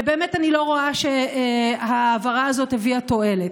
ובאמת, אני לא רואה שההעברה הזאת הביאה תועלת.